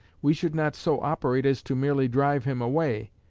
we should not so operate as to merely drive him away.